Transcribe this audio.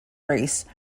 race